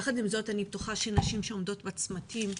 יחד עם זאת אני בטוחה שנשים שעומדות בצמתים,